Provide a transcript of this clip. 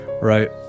right